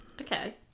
Okay